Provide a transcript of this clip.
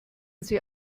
sie